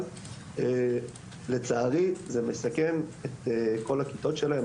אבל לצערי זה מסכן את כל הכיתות שלהם,